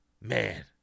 man